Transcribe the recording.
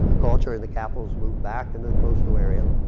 ah culture, and the capital is moved back into the coastal area.